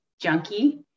junkie